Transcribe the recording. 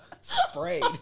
sprayed